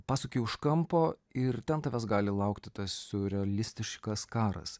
pasuki už kampo ir ten tavęs gali laukti tas siurrealistiškas karas